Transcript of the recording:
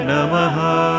Namaha